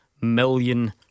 million